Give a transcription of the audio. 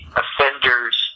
offender's